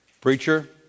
Preacher